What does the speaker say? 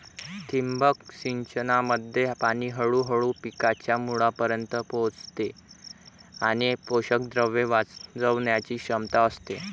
ठिबक सिंचनामध्ये पाणी हळूहळू पिकांच्या मुळांपर्यंत पोहोचते आणि पोषकद्रव्ये वाचवण्याची क्षमता असते